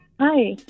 Hi